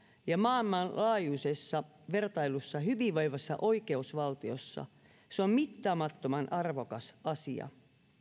ja maailmanlaajuisessa vertailussa hyvinvoivassa oikeusvaltiossa se on mittaamattoman arvokas asia